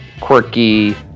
quirky